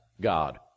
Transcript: God